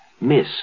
miss